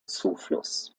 zufluss